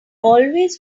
always